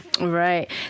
Right